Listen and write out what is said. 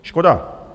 Škoda.